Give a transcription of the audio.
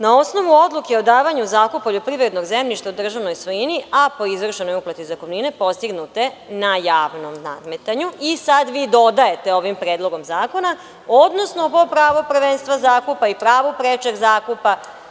Na osnovu odluke o davanju u zakup poljoprivrednog zemljišta državnoj svojini a po izvršenoj uplati zakupnine, postignute na javnom nadmetanju i sad vi dodajete ovim predlogom zakona – odnosno po pravu prvenstva zakupa i pravu prečeg zakupa.